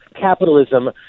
capitalism